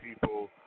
people